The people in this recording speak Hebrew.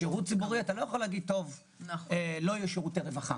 בשירות ציבורי אתה לא יכול להפסיק לתת שירותי רווחה.